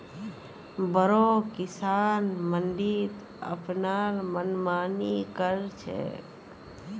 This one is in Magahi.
बोरो किसान मंडीत अपनार मनमानी कर छेक